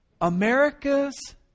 America's